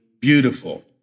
beautiful